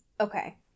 okay